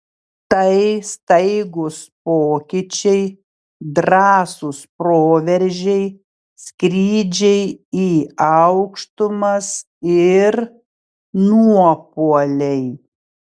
tai staigūs pokyčiai drąsūs proveržiai skrydžiai į aukštumas ir nuopuoliai